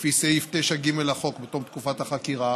לפי סעיף 9(ג) לחוק, בתום תקופת החקירה,